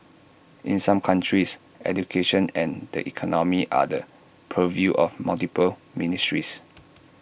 in some countries education and the economy are the purview of multiple ministries